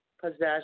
possession